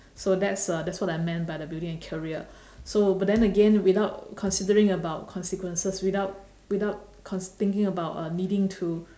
so that's uh that's what I meant by building a career so but then again without considering about consequences without without cons~ thinking about uh needing to